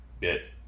bit